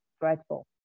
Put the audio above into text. dreadful